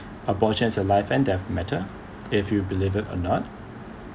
abortion is a life and death matter if you believe it or not